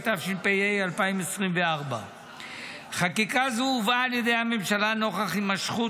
התשפ"ה 2024. חקיקה זו הובאה על ידי הממשלה נוכח הימשכות